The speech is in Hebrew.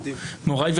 מוריי,